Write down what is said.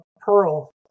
pearl